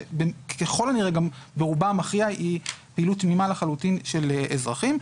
וככל הנראה גם ברובה המכריע היא פעילות תמימה לחלוטין של אזרחים.